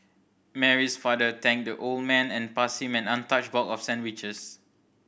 Mary's father thanked the old man and passed him an untouched box of sandwiches